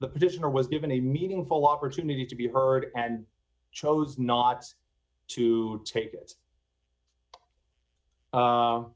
the petitioner was given a meaningful opportunity to be heard and chose not to take it